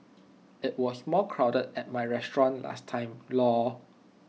IT was more crowded at my restaurant last time lor